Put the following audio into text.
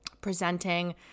presenting